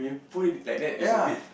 put it like that is a bit